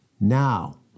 Now